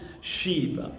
sheep